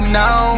now